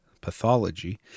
pathology